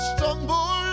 Stumble